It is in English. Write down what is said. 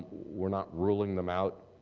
we're not ruling them out